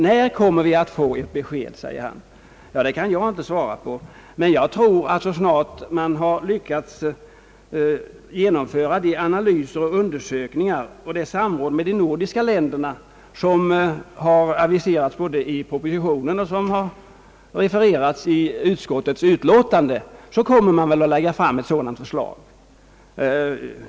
När blir det ett besked, undrar han. Ja, det kan jag inte svara på, men jag tror att man kommer att lägga fram förslaget så snart man har hunnit genomföra de analyser och undersökningar och det samråd med de andra nordiska länderna, som har aviserats i propositionen och även refererats i utskottets utlåtande.